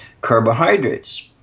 carbohydrates